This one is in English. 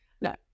No